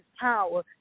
power